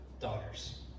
daughters